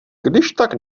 kdyžtak